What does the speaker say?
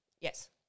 Yes